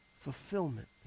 fulfillment